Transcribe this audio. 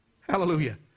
hallelujah